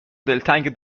دلتنگ